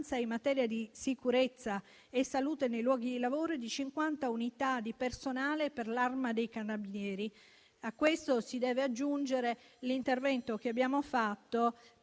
in materia di sicurezza e salute nei luoghi di lavoro, e di 50 unità di personale per l'Arma dei carabinieri. A questo si deve aggiungere l'intervento che abbiamo fatto